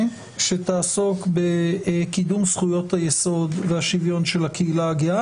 שתעסוק בקידום זכויות היסוד והשוויון של הקהילה הגאה.